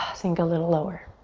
sink a little lower.